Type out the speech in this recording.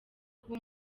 kuba